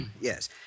Yes